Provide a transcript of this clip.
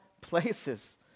places